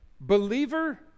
believer